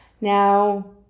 Now